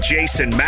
Jason